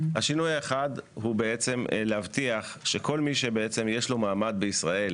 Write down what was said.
השינוי האחד הוא להבטיח שכל מי שיש לו מעמד בישראל,